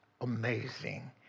amazing